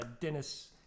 Dennis